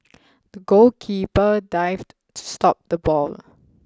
the goalkeeper dived to stop the ball